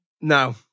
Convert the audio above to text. no